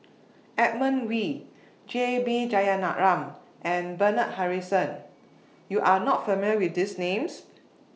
Edmund Wee J B Jeyaretnam and Bernard Harrison YOU Are not familiar with These Names